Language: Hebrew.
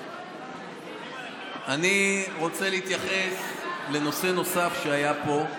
אני רוצה להתייחס לנושא נוסף שהיה פה,